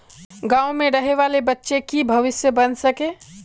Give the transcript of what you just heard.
गाँव में रहे वाले बच्चा की भविष्य बन सके?